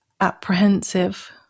apprehensive